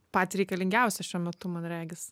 patį reikalingiausią šiuo metu man regis